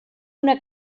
una